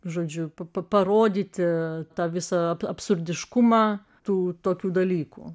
žodžiu pa parodyti tą visą absurdiškumą tų tokių dalykų